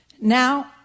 now